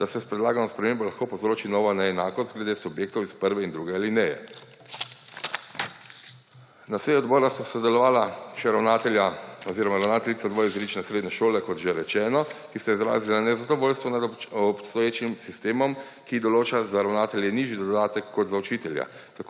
da se s predlagano spremembo lahko povzroči nova neenakost glede subjektov iz prve in druge alineje. Na seji odbora sta sodelovala še ravnatelja oziroma ravnateljica dvojezične srednje šole, kot že rečeno, ki sta izrazila nezadovoljstvo nad obstoječim sistemom, ki določa za ravnatelje nižji dodatek kot za učitelje.